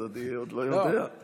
אז אני עוד לא יודע.